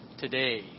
today